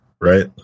right